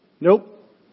nope